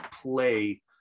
play